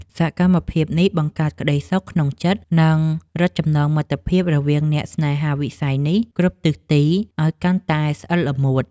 សកម្មភាពនេះបង្កើតក្តីសុខក្នុងចិត្ត និង រឹតចំណងមិត្តភាពរវាងអ្នកស្នេហាវិស័យនេះគ្រប់ទិសទីឱ្យកាន់តែស្អិតល្មួត។